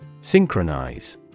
Synchronize